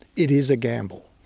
it is a gamble.